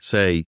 Say